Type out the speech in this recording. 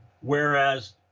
whereas